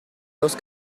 dos